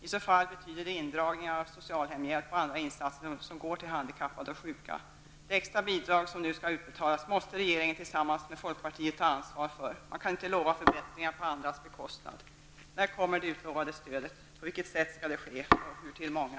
I så fall betyder det indragningar av socialhemhjälp och andra insatser som går till handikappade och sjuka. Det extra bidrag som nu skall utbetalas måste regeringen tillsammans med folkpartiet ta ansvar för. Man kan inte lova förbättringar på andras bekostnad. När kommer det utlovade stödet? På vilket sätt skall det ske? Och till hur många?